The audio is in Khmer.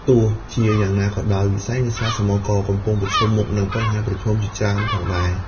ទោះជាយ៉ាងណាក៏ដោយ វិស័យនេសាទសមុទ្រក៏កំពុងប្រឈមមុខនឹងបញ្ហាប្រឈមជាច្រើនផងដែរ។